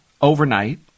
overnight